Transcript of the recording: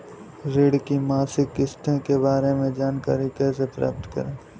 ऋण की मासिक किस्त के बारे में जानकारी कैसे प्राप्त करें?